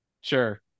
sure